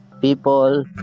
people